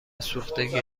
سوختگی